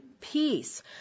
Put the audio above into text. peace